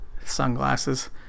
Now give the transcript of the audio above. Sunglasses